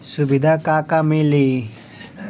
सुविधा का का मिली?